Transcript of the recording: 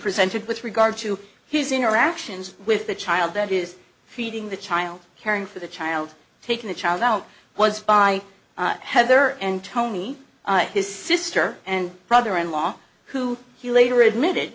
presented with regard to his interactions with the child that is feeding the child caring for the child taking the child out was by heather and tony his sister and brother in law who he later admitted